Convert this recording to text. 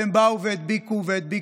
והם באו והדביקו והדביקו,